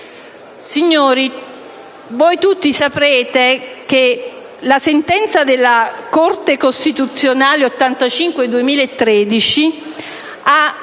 Signori, voi tutti saprete che la sentenza della Corte costituzionale n. 85 del 2013 ha